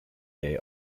gay